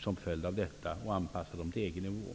som följd av detta och anpassa dem till EG-nivå.